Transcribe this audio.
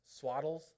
swaddles